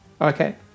Okay